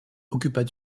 occupa